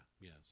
yes